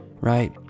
right